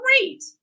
great